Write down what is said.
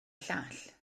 llall